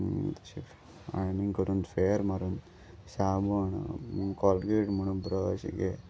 aiming करून फॅर मारून साबण कोलगेट म्हणून ब्रश घे